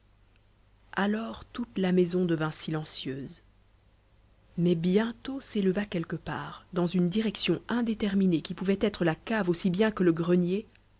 alors toute la maison devint silencieuse mais bientôt s'éleva quelque part dans une direction indéterminée qui pouvait être la cave aussi bien que le grenier